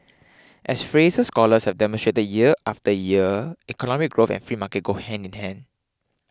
as Fraser scholars have demonstrated the year after year economic growth and free market go hand in hand